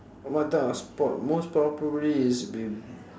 what type of sport most probably it's b~